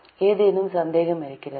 ஏதேனும் சந்தேகம் இருக்கிறதா